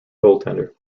goaltender